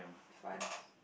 price